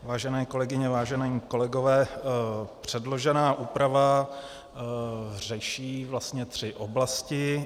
Vážené kolegyně, vážení kolegové, předložená úprava řeší vlastně tři oblasti.